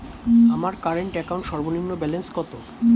আমার current account সর্বনিম্ন balance কত?